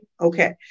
Okay